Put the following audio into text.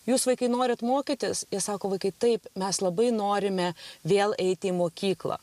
jūs vaikai norit mokytis jie sako vaikai taip mes labai norime vėl eiti į mokyklą